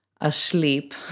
asleep